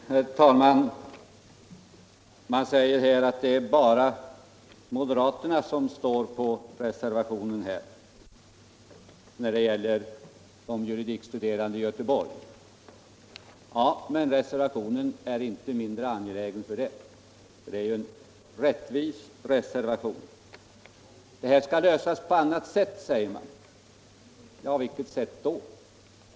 Herr talman! Man säger att det bara är moderaterna som står för reservationen om de juridikstuderande i Göteborg. Ja, men reservationen är inte mindre angelägen för det. Det är ju en rättvis reservation. Det här problemet skall lösas på annat sätt, säger man. Vilket sätt då?